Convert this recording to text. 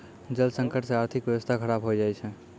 जल संकट से आर्थिक व्यबस्था खराब हो जाय छै